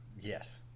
yes